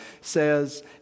says